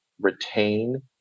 retain